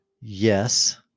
Yes